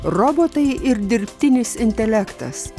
robotai ir dirbtinis intelektas